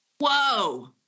Whoa